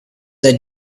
they